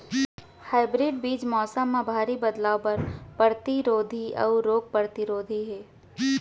hybrid बीज मौसम मा भारी बदलाव बर परतिरोधी अऊ रोग परतिरोधी हे